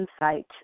insight